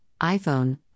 iPhone